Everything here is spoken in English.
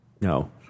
No